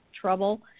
trouble